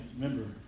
remember